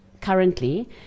currently